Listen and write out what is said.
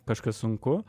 kažkas sunku